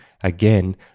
again